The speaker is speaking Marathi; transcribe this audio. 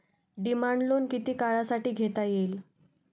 डिमांड लोन किती काळासाठी घेता येईल?